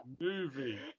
movie